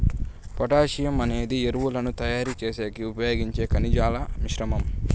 potassium అనేది ఎరువులను తయారు చేసేకి ఉపయోగించే ఖనిజాల మిశ్రమం